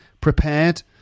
prepared